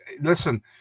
listen